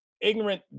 ignorant